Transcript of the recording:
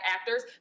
actors